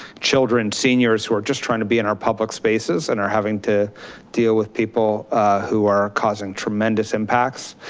children, seniors who are just trying to be in our public spaces and are having to deal with people who are causing tremendous impacts.